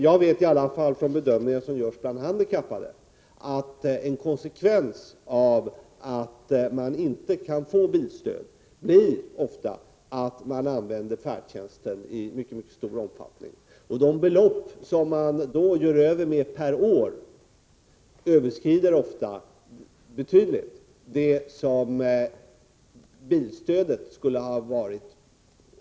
Jag vet i alla fall, och det är en bedömning som görs av handikappade, att en konsekvens av att man inte kan få bilstöd ofta blir att man använder färdtjänst i mycket stor omfattning. Det belopp som därmed åtgår per år överskrider ofta betydligt det belopp som bilstödet skulle ha kostat.